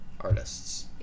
Artists